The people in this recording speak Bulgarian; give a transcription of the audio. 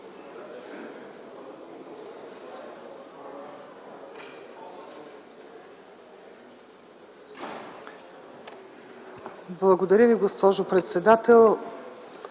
Благодаря Ви, госпожо председател.